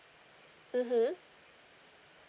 mmhmm